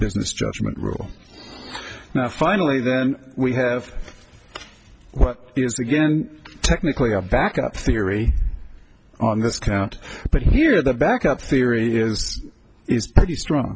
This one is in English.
business judgment rule now finally that we have what is again technically a back up theory on this count but here the backup theory is is pretty strong